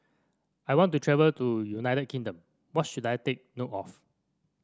I want to travel to United Kingdom what should I take note of